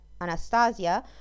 anastasia